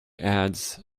ads